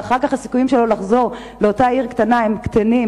ואחר כך הסיכויים שהוא יחזור לאותה עיר קטנה הם קטנים.